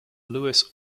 lewis